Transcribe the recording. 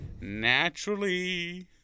naturally